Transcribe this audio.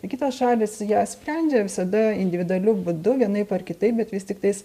tai kitos šalys ją sprendžia visada individualiu būdu vienaip ar kitaip bet vis tiktais